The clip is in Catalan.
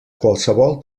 qualsevol